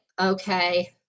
okay